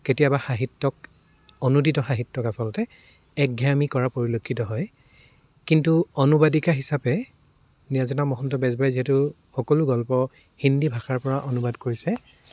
কেতিয়াবা সাহিত্যক অনুদিত সাহিত্যক আচলতে একঘেয়ামি কৰা পৰিলক্ষিত হয় কিন্তু অনুবাদিকা হিচাপে নীৰাজনা মহন্ত বেজবৰাই যিহেতু সকলো গল্প হিন্দী ভাষাৰ পৰা অনুবাদ কৰিছে